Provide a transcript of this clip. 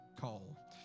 call